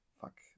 fuck